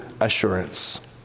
assurance